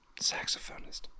Saxophonist